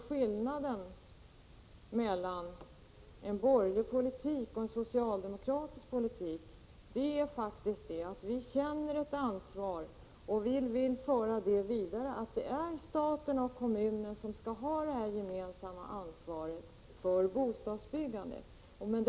Skillnaden mellan en borgerlig politik och en socialdemokratisk politik är den att vi känner ett ansvar och vill markera att staten och kommunerna gemensamt skall ha ansvaret för bostadsbyggandet.